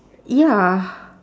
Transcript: ya